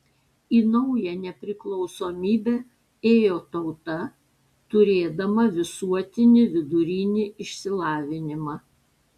į naują nepriklausomybę ėjo tauta turėdama visuotinį vidurinį išsilavinimą